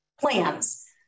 plans